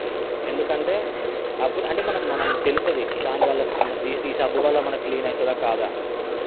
ఎందుకంటే అప్పుడు అంటే మనకు మనం తెలుసు అది దానివల్ల ఈ సబ్బు వల్ల మనకు క్లీన్ అవుతుందా కాద